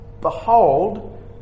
behold